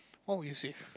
what would you save